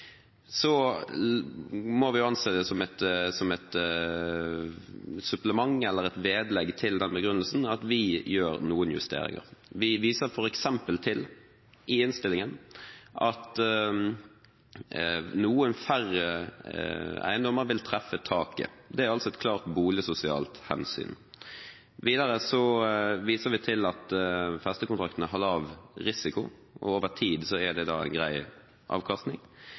Så må vi anse det som et supplement, eller et vedlegg til den begrunnelsen, at vi gjør noen justeringer. Vi viser f.eks. til i innstillingen at noen færre eiendommer vil treffe taket. Det er altså et klart boligsosialt hensyn. Videre viser vi til at festekontraktene har lav risiko, og over tid er det da grei avkastning.